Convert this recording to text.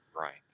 Right